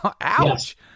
Ouch